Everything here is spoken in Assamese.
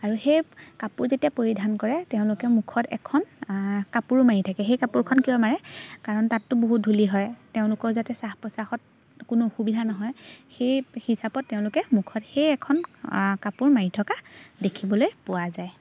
আৰু সেই কাপোৰ যেতিয়া পৰিধান কৰে তেওঁলোকে মুখত এখন কাপোৰো মাৰি থাকে সেই কাপোৰখন কিয় মাৰে কাৰণ তাততো বহুত ধূলি হয় তেওঁলোকৰ যাতে শ্বাস প্ৰশ্বাসত কোনো অসুবিধা নহয় সেই হিচাপত তেওঁলোকে মুখত সেই এখন কাপোৰ মাৰি থকা দেখিবলৈ পোৱা যায়